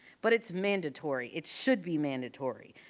but it's mandatory. it should be mandatory,